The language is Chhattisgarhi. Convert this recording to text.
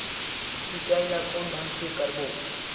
सिंचाई ल कोन ढंग से करबो?